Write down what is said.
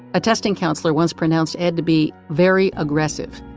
a testing counselor once pronounced ed to be very aggressive.